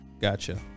gotcha